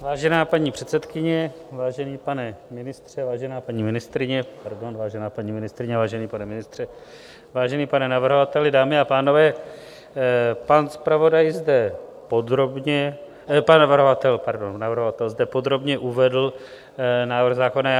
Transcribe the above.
Vážená paní předsedkyně, vážený pane ministře, vážená paní ministryně, pardon, vážená paní ministryně, vážený pane ministře, vážený pane navrhovateli, dámy a pánové, pan zpravodaj zde podrobně, pan navrhovatel, pardon, navrhovatel zde podrobně uvedl návrh zákona.